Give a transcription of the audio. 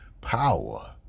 power